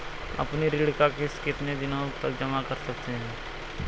अपनी ऋण का किश्त कितनी दिनों तक जमा कर सकते हैं?